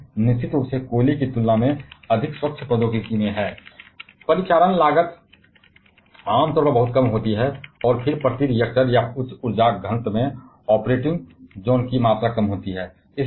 इसलिए परमाणु निश्चित रूप से कोयले की तुलना में बहुत अधिक स्वच्छ प्रौद्योगिकी में है परिचालन लागत आम तौर पर बहुत कम होती है फिर प्रति रिएक्टर या उच्च ऊर्जा घनत्व में ऑपरेटिंग ज़ोन की मात्रा कम होती है